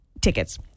tickets